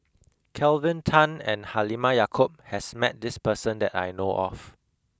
Kelvin Tan and Halimah Yacob has met this person that I know of